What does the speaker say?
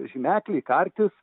žymekliai kartys